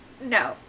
No